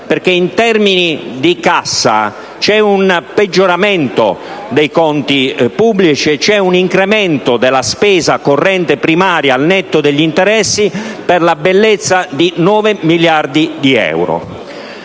perché in termini di cassa c'è un peggioramento dei conti pubblici e un incremento della spesa corrente primaria al netto degli interessi per la bellezza di 9 miliardi di euro.